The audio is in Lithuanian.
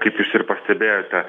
kaip jūs ir pastebėjote